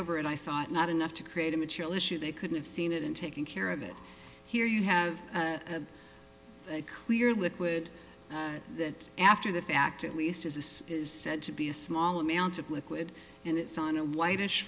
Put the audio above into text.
over it i saw it not enough to create a material issue they couldn't have seen it in taking care of it here you have a clear liquid that after the fact at least as is is said to be a small amount of liquid and it's on a whitish